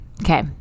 Okay